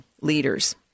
leaders